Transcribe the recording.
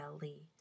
Lee